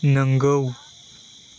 नोंगौ